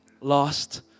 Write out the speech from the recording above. lost